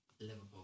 Liverpool